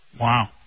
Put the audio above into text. Wow